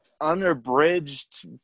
unabridged